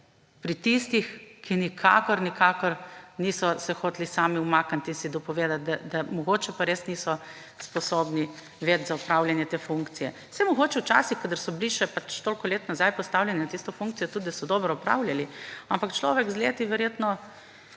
pri tistih, ki se nikakor nikakor niso hoteli sami umakniti in si dopovedati, da mogoče pa res niso več sposobni za opravljanje te funkcije. Saj mogoče včasih, ko so bili še toliko let nazaj postavljeni na tisto funkcijo, so jo tudi dobro opravljali, ampak človek z leti verjetno